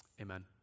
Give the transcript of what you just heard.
amen